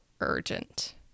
urgent